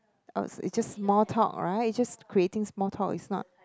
oh it's just small talk right it's just creating small talk it's not